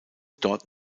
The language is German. dort